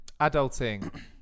Adulting